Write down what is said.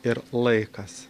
ir laikas